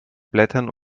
blättern